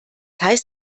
heißt